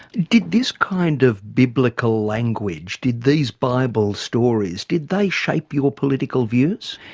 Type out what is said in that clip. did this kind of biblical language, did these bible stories, did they shape your political views?